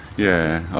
yeah, ah